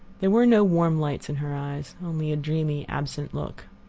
there were no warm lights in her eyes only a dreamy, absent look.